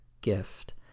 gift